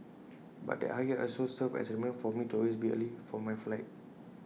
but that heartache has also served as A reminder for me to always be early for my flight